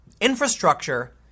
infrastructure